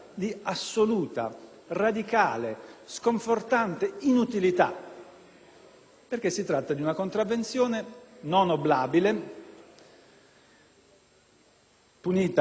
tratta, infatti, di una contravvenzione non oblabile, punita con l'ammenda da 5000 a 10.000 euro,